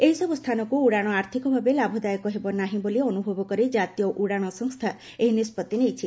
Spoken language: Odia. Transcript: ଏହିସବୁ ସ୍ଥାନକୁ ଉଡ଼ାଣ ଆର୍ଥିକ ଭାବେ ଲାଭଦାୟକ ହେବ ନାହିଁ ବୋଲି ଅନୁଭବ କରି ଜାତୀୟ ଉଡ଼ାଣ ସଂସ୍ଥା ଏହି ନିଷ୍ପଭି ନେଇଛି